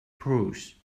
prose